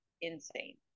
insane